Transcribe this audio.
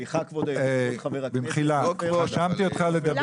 במחילה רשמתי אותך לדבר.